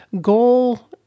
Goal